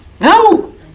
No